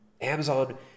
Amazon